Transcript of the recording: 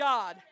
God